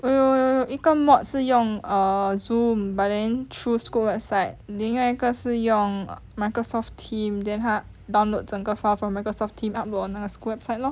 我有一个 mod 是用 err Zoom but then through school website 另外一个是用 Microsoft Team then 他 download 整个 file from Microsoft Team upload school website lor